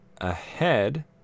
ahead